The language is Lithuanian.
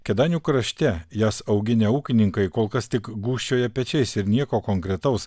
kėdainių krašte jas auginę ūkininkai kol kas tik gūžčioja pečiais ir nieko konkretaus